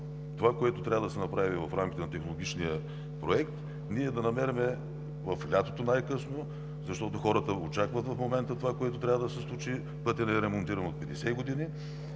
това, което трябва да се направи в рамките на технологичния проект, ние да намерим тази възможност, в лятото най-късно, защото хората очакват това, което трябва да се случи. Пътят не е ремонтиран от 50 години.